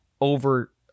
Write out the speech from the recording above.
over